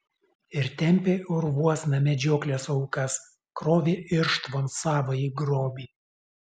ir tempė urvuosna medžioklės aukas krovė irštvon savąjį grobį